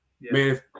man